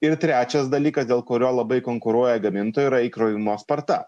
ir trečias dalykas dėl kurio labai konkuruoja gamintojų yra įkrovimo sparta